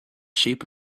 sheep